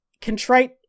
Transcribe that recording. contrite